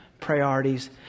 priorities